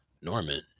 Norman